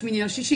יש כרגע שביתה.